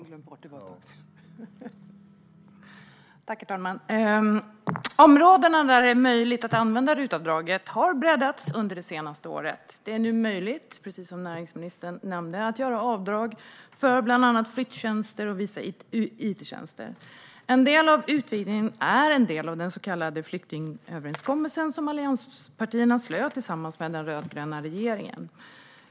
Herr talman! De områden där det är möjligt att använda RUT-avdraget har breddats under det senaste året. Det är nu, som näringsministern nämnde, möjligt att göra avdrag för bland annat flyttjänster och vissa it-tjänster. En del av utvidgningen är en del av den så kallade flyktingöverenskommelsen, som allianspartierna slöt tillsammans med den rödgröna regeringen.